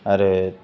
आरो